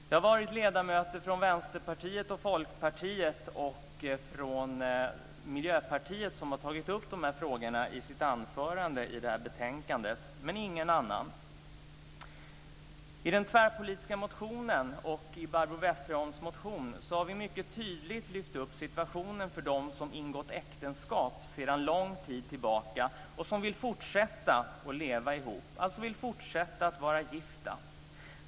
Det har varit ledamöter från Vänsterpartiet, Folkpartiet och Miljöpartiet som har tagit upp frågorna i betänkandet, men ingen annan. I den tvärpolitiska motionen och i Barbro Westerholms motion har vi tydligt lyft fram situationen för dem som ingick äktenskap för länge sedan och som vill fortsätta att leva ihop, dvs. fortsätta att vara gifta.